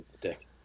dick